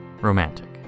Romantic